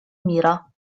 мира